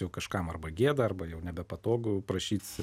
jau kažkam arba gėda arba jau nebepatogu prašyt